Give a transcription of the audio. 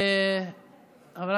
בבקשה.